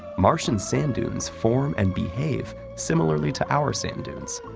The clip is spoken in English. martian sand dunes form and behave similarly to our sand dunes,